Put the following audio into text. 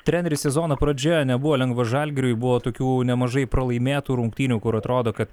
treneri sezono pradžia nebuvo lengva žalgiriui buvo tokių nemažai pralaimėtų rungtynių kur atrodo kad